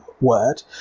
word